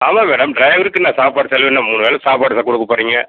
ஆமாம் மேடம் ட்ரைவருக்கு என்ன சாப்பாடு செலவு என்ன மூணு வேளை சாப்பாடு தான் கொடுக்கப் போகிறீங்க